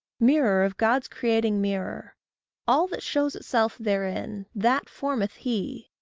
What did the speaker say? mirror of god's creating mirror all that shows itself therein, that formeth he,